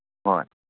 ꯍꯣꯏ